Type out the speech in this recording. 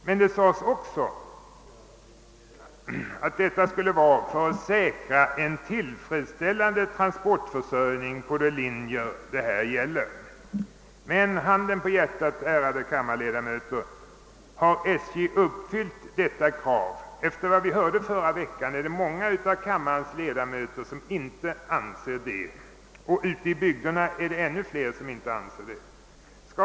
Men det framhölls också att skälet härtill skulle vara att säkra en tillfredsställande transportförsörjning på de linjer det gäller. Men handen på hjärtat, ärade kammarledamöter, har SJ uppfyllt detta krav? Enligt vad vi hörde under förra veckans debatt finns det många bland kammarens ledamöter som inte anser det, och ute i bygderna är det ännu fler som har denna uppfattning.